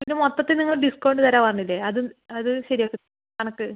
ഇത് മൊത്തത്തിൽ നിങ്ങള് ഡിസ്കൗണ്ട് തരാമെന്ന് പറഞ്ഞില്ലെ അത് അത് ശരിയാക്ക് കണക്ക്